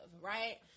right